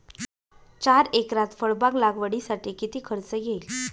चार एकरात फळबाग लागवडीसाठी किती खर्च येईल?